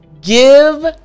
give